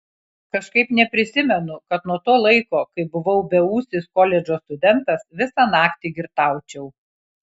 kažkaip neprisimenu kad nuo to laiko kai buvau beūsis koledžo studentas visą naktį girtaučiau